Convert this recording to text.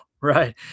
Right